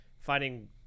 finding